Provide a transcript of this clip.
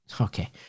Okay